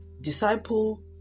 disciple